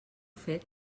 fet